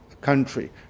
country